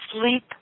sleep